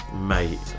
Mate